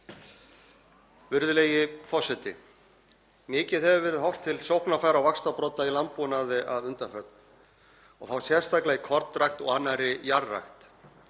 Virðulegi forseti. Mikið hefur verið horft til sóknarfæra og vaxtarbrodda í landbúnaði að undanförnu og þá sérstaklega í kornrækt og annarri jarðrækt.